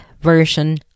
version